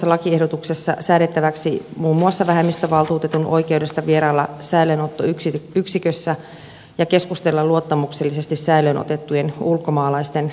lakiehdotuksessa säädettäväksi muun muassa vähemmistövaltuutetun oikeudesta vierailla säilöönottoyksikössä ja keskustella luottamuksellisesti säilöön otettujen ulkomaalaisten kanssa